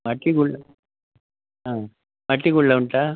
ಮಟ್ಟಿ ಗುಳ್ಳ ಹಾಂ ಮಟ್ಟಿ ಗುಳ್ಳ ಉಂಟಾ